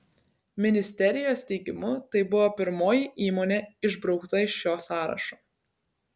ministerijos teigimu tai buvo pirmoji įmonė išbraukta iš šio sąrašo